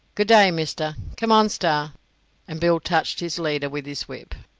good-day, mister. come on, star and bill touched his leader with his whip.